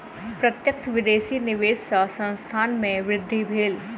प्रत्यक्ष विदेशी निवेश सॅ संस्थान के वृद्धि भेल